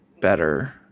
better